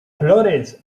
flores